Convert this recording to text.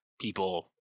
people